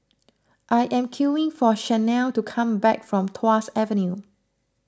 I am queing for Chanelle to come back from Tuas Avenue